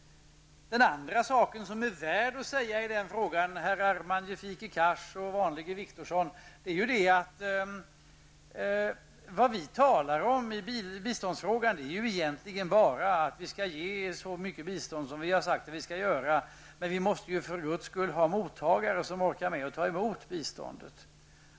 En annan sak som är värd att säga, herrar magnifike Cars och vanlige Wictorsson, är att det vi talar om i biståndsfrågan egentligen bara är att vi skall ge så mycket bistånd som vi har sagt att vi skall göra, men vi måste för Guds skull ha mottagare som orkar ta emot biståndet.